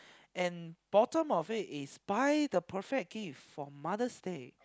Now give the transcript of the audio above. and bottom of it is buy the perfect gift for Mother's Day